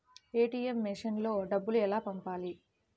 ATM మెషిన్లో డబ్బులు ఎలా పంపాలి?